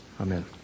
Amen